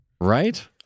Right